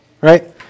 right